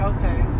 Okay